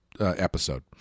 episode